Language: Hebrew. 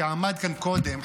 שעמד כאן קודם,